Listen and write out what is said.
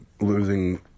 Losing